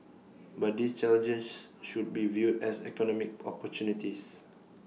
but these challenges should be viewed as economic opportunities